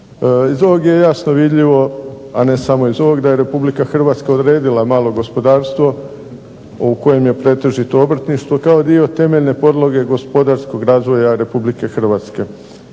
Iz ovog je jasno vidljivo, a ne samo iz ovog da je Republika Hrvatska odredila malo gospodarstvo u kojem je pretežito obrtništvo, kao dio temeljne podloge gospodarskog razvoja Republike Hrvatske.